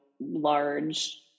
large